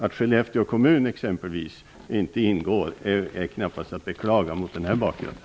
Att exempelvis Skellefteå kommun inte ingår är mot denna bakgrund knappast att beklaga.